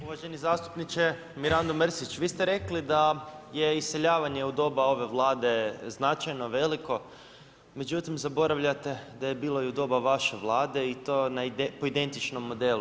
Uvaženi zastupniče Mirando Mrsić, vi ste rekli da je iseljavanje u doba ove Vlade značajno, veliko, međutim zaboravljate da je bilo i u doba vaše Vlade i to po identičnom modelu.